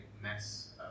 mess